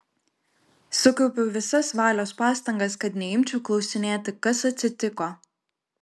sukaupiau visas valios pastangas kad neimčiau klausinėti kas atsitiko